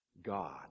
God